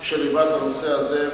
שליווה את הנושא הזה.